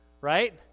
right